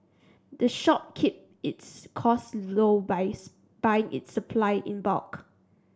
the shop keep its costs low buys buying it supply in bulk